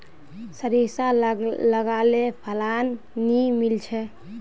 सारिसा लगाले फलान नि मीलचे?